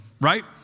Right